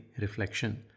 reflection